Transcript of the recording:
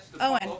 Owen